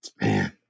man